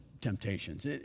temptations